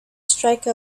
strike